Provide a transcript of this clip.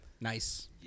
Nice